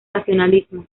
racionalismo